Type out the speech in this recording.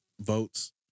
votes